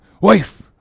Wife